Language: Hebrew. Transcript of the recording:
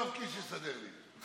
יואב קיש יסדר לי.